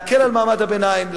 להקל על מעמד הביניים,